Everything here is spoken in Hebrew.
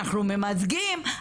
אנחנו ממזגים,